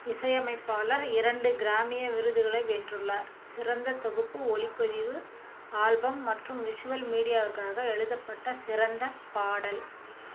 இசையமைப்பாளர் இரண்டு கிராமிய விருதுகளை வென்றுள்ளார் சிறந்த தொகுப்பு ஒலிப்பதிவு ஆல்பம் மற்றும் விஷுவல் மீடியாவுக்காக எழுதப்பட்ட சிறந்த பாடல்